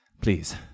please